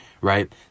right